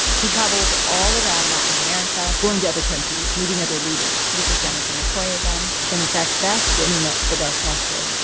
he traveled all around latin america going to other countries, meeting other leaders this is jennifer mccoy again and in fact, that's when he met fidel castro.